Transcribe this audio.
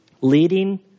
leading